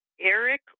Eric